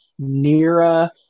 Nira